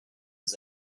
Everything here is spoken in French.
des